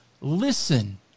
listen